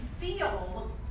feel